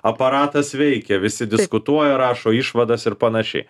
aparatas veikia visi diskutuoja rašo išvadas ir panašiai